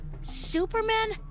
Superman